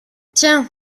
tiens